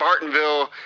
bartonville